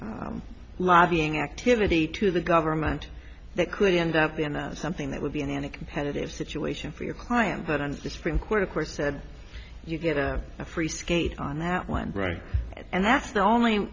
lobbying activity to the government that could end up in a something that would be in any competitive situation for your client but on the supreme court of course said you get a free skate on that one right and that's the only